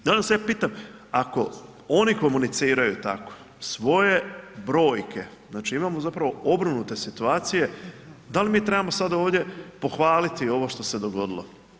Danas ja pitam, ako oni komuniciraju tako svoje brojke, znači imamo zapravo obrnute situacije da li mi trebamo sad ovdje pohvaliti ovo što se dogodilo?